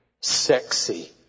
sexy